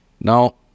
Now